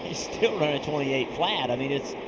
twenty eight flat, i mean it's